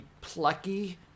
plucky